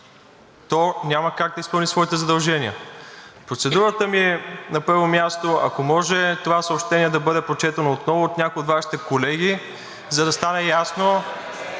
то няма как да изпълни своите задължения. Процедурата ми е, на първо място, ако може, това съобщение да бъде прочетено отново от някой от Вашите колеги, за да стане ясно